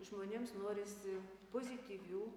žmonėms norisi pozityvių